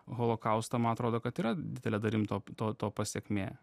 holokaustą man atrodo kad yra didele dalim to to to pasekmė